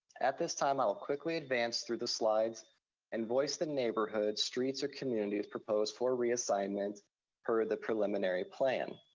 at this time, i'll quickly advance through the slides and voice the neighborhoods, streets, or communities proposed for reassignment per the preliminary plan.